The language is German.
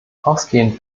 ausgehend